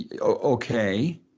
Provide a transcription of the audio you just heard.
Okay